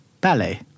Ballet